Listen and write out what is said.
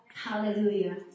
Hallelujah